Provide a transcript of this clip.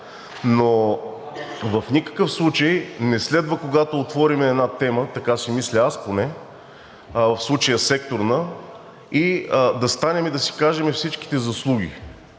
Но в никакъв случай не следва, когато отворим една тема, така си мисля аз поне, в случая секторна, да станем и да си кажем всичките заслуги,